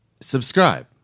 subscribe